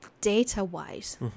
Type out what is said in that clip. data-wise